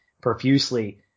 profusely